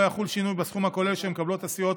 לא יחול שינוי בסכום הכולל שמקבלות הסיעות